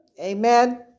Amen